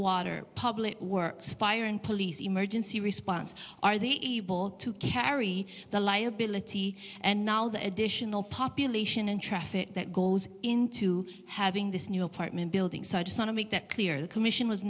water public works fire and police emergency response are they able to carry the liability and now the additional population and traffic that goes into having this new apartment building so i just want to make that clear the commission was